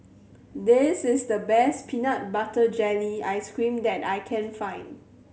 this is the best peanut butter jelly ice cream that I can find